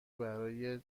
برای